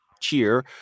cheer